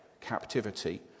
captivity